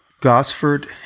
Gosford